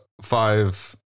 five